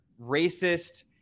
racist